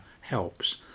helps